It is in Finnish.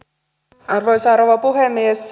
arvoisa rouva puhemies